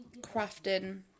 crafting